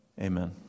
Amen